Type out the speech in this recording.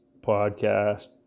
podcast